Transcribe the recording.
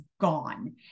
gone